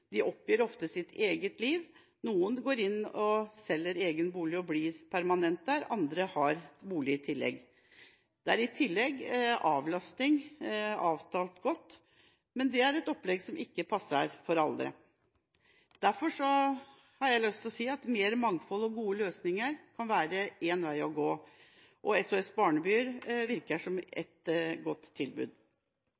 de oppgir ofte sitt eget liv. Noen selger egen bolig og blir permanent der, mens andre har bolig i tillegg. Det er i tillegg avlastning – godt avtalt. Men dette er et opplegg som ikke passer for alle. Derfor har jeg lyst til å si at mer mangfold og gode løsninger kan være en vei å gå. SOS-barnebyer virker som